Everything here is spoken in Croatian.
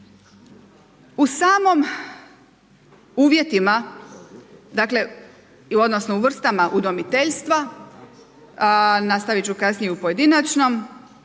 U samom, uvjetima dakle odnosno u vrstama udomiteljstva, nastavit ću kasnije i u pojedinačnom